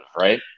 right